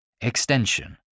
extension